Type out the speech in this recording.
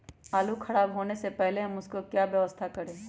आलू खराब होने से पहले हम उसको क्या व्यवस्था करें?